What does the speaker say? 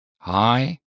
Hi